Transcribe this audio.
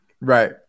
Right